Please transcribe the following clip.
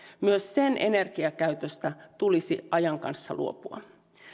myös sen energiakäytöstä tulisi ajan kanssa luopua